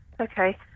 okay